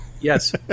yes